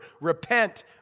repent